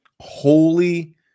Holy